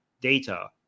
data